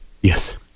Yes